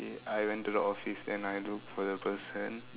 I went to the office and I look for the person